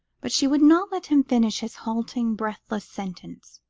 but she would not let him finish his halting, breathless sentence.